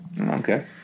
Okay